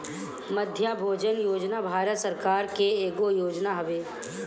मध्याह्न भोजन योजना भारत सरकार के एगो योजना हवे